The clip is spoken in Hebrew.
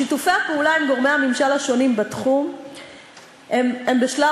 שיתופי הפעולה עם גורמי הממשל השונים בתחום הם בשלל